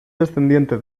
descendiente